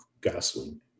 gasoline